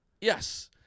Yes